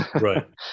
Right